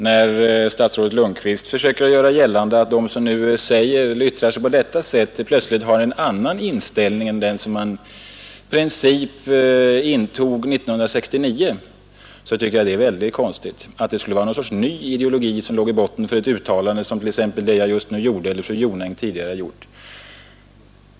När statsrådet Lundkvist försöker hävda att de som nu yttrar sig på detta sätt plötsligt har en annan inställning än den som man i princip inte tog 1969, så tycker jag att det är väldigt konstigt — att det skulle vara någon sorts ny ideologi som låg i botten för ett uttalande som t.ex. det jag just nu gjorde eller det fru Jonäng tidigare gjort.